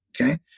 okay